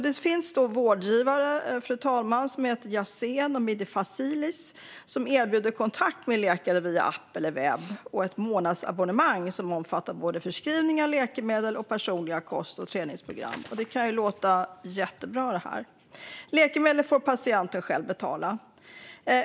Det finns vårdgivare som heter Yazen och Medfacilis, som erbjuder kontakt med läkare via app eller webb och månadsabonnemang som omfattar både förskrivning av läkemedel och personliga kost och träningsprogram. Det kan låta jättebra. Läkemedlen får patienten själv betala.